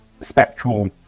Spectral